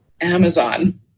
Amazon